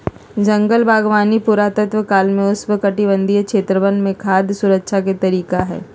जंगल बागवानी पुरातन काल से उष्णकटिबंधीय क्षेत्रवन में खाद्य सुरक्षा के तरीका हई